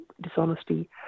dishonesty